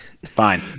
Fine